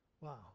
Wow